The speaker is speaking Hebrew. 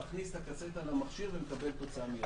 אתה מכניס את הקסטה למכשיר ומקבל תוצאה מיידית.